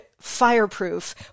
Fireproof